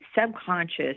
subconscious